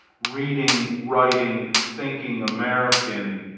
reading, writing, thinking american,